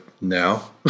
now